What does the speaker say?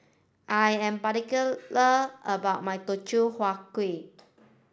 I am particular about my Teochew Huat Kuih